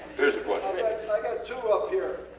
theres a question. i got two up here.